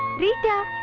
rita.